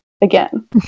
again